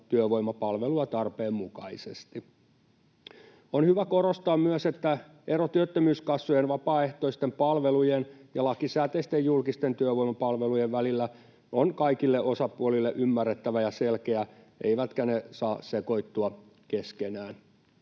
työvoimapalvelua tarpeen mukaisesti. On hyvä korostaa myös, että ero työttömyyskassojen vapaaehtoisten palvelujen ja lakisääteisten julkisten työvoimapalvelujen välillä on kaikille osapuolille ymmärrettävä ja selkeä eivätkä ne saa sekoittua keskenään.